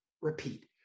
repeat